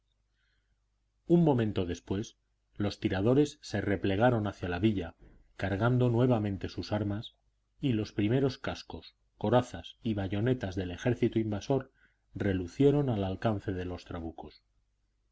un momento después los tiradores se replegaron hacia la villa cargando nuevamente sus armas y los primeros cascos corazas y bayonetas del ejército invasor relucieron al alcance de los trabucos